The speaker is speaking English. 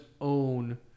own